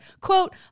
quote